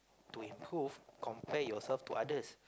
to improve compare yourself to others